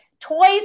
toys